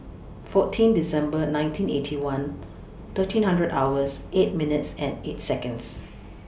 fourteen December nineteen Eighty One thirteen hundred hours eight minutes and eight Seconds